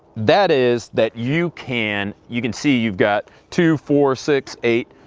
that is that you can, you can see you've got two, four, six, eight,